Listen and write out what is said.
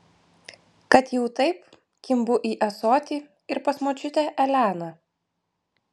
kad jau taip kimbu į ąsotį ir pas močiutę eleną